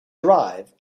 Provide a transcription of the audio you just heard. drive